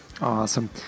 Awesome